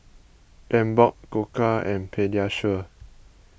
Emborg Koka and Pediasure